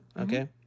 okay